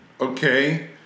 Okay